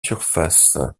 surface